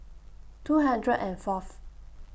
two hundred and Fourth